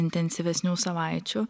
intensyvesnių savaičių